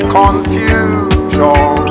confusion